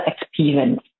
experience